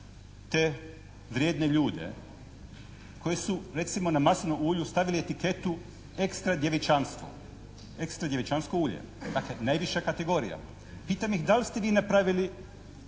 te vrijedne ljude koji su recimo na maslinovom ulju staviti etiketu "extra djevičansko ulje", dakle najviša kategorija. Pitam vas da li ste vi napravili